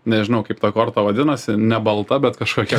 nežinau kaip ta korta vadinosi ne balta bet kažkokia